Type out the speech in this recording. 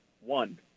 one